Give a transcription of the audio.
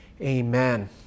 Amen